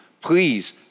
please